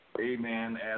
amen